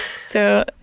so,